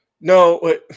No